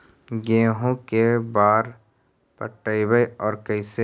गेहूं के बार पटैबए और कैसे?